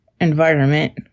environment